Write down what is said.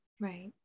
right